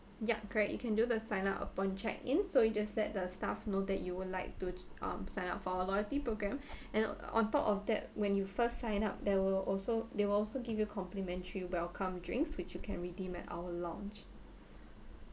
yup correct you can do the sign up upon check in so you just let the staff know that you would like to um sign up for our loyalty program and on top of that when you first sign up there will also they will also give you complimentary welcome drinks which you can redeem at our lounge